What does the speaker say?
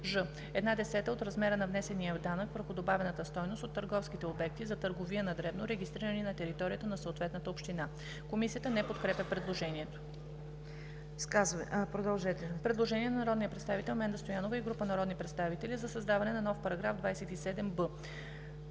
ж) една десета от размера на внесения данък върху добавената стойност от търговските обекти за търговия на дребно, регистрирани на територията на съответната община.“ Комисията не подкрепя предложението. Предложение на народния представител Менда Стоянова и група народни представители за създаване на нов § 27б.